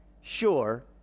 sure